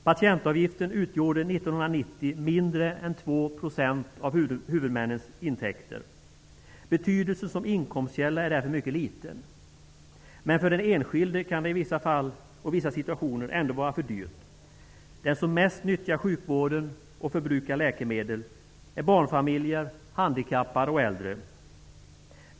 Patientavgifterna utgjorde 1990 mindre än 2 % av huvudmännens intäkter. Patientavgifterna som inkomstkälla är därför av mycket liten betydelse. Men för den enskilde kan det i vissa situationer ändå vara för dyrt. De som mest nyttjar sjukvården och förbrukar läkemedel är barnfamiljer, handikappade och äldre.